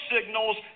signals